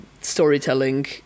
storytelling